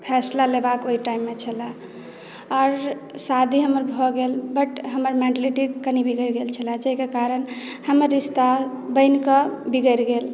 फैसला लेबाक ओहि टाइम मे छलए आओर शादी हमर भऽ गेल बट हमर मेन्टलिटी कनि बिगड़ि गेल छलए जाहिके कारण हमर रिश्ता बनि कऽ बिगड़ि गेल